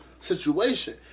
situation